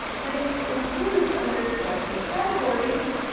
that it includes under its website categories,